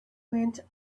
went